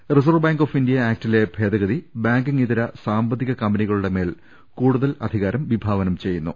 reserve bank of India ആക്ടിലെ ഭേദഗതി banking ഇതര സാമ്പത്തിക കമ്പനികളുടെമേൽ കൂടുതൽ അധികാരം വിഭാവനം ചെയ്യും